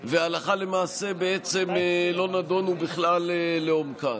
והלכה למעשה בעצם לא נידונו בכלל לעומקן.